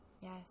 Yes